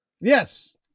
Yes